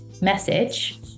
message